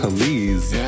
Please